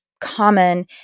Common